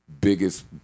biggest